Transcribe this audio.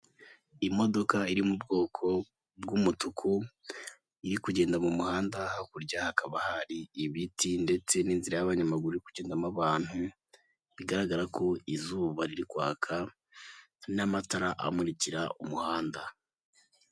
Imodoka iri mu bwoko bw'umutuku, iri kugenda mu muhanda. Hakurya hakaba hari ibiti ndetse n'inzira y'abanyamaguru iri kugendamo abantu, bigaragara ko izuba ririkwaka n'amatara amuririka umuhanda.